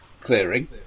clearing